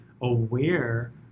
aware